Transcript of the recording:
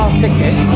ticket